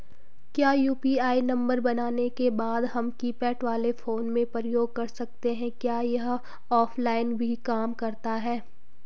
क्या UPI number बनाने के बाद हम कीपैड वाले फोन में प्रयोग कर सकते हैं क्या यह ऑफ़लाइन भी काम करता है?